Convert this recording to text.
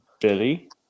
Billy